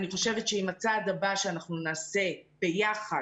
אני חושבת שאם הצעד הבא שנעשה ביחד,